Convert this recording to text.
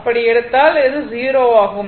அப்படி எடுத்தால் இது 0 ஆகும்